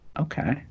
Okay